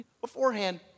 beforehand